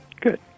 Good